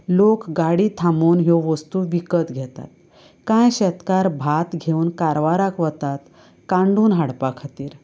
लोग गाडी थांबोवन ह्यो वस्तू विकत घेतात कांय शेतकार भात घेवन कारवाराक वतात कांडून हाडपा खातीर